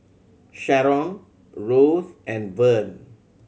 Sheron Rose and Vern